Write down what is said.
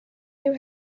you